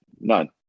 none